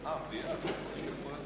אם כך,